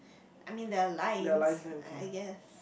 I mean there are lines I I guess